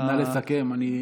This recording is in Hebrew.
נא לסכם.